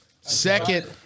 Second